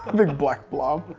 big black blob.